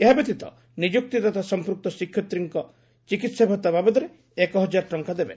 ଏହା ବ୍ୟତୀତ ନିଯୁକ୍ତିଦାତା ସମ୍ପୁକ୍ତ ଶିକ୍ଷୟିତ୍ରୀଙ୍କୁ ଚିକିତ୍ସାଭତ୍ତା ବାବଦରେ ଏକ ହଜାର ଟଙ୍କା ଦେବେ